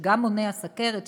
שגם מונע סוכרת,